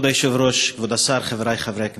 כבוד היושב-ראש, כבוד השר, חברי חברי הכנסת,